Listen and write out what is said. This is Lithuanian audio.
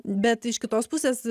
bet iš kitos pusės